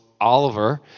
Oliver